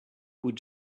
could